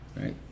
Right